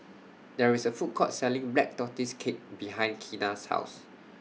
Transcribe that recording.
There IS A Food Court Selling Black Tortoise Cake behind Keena's House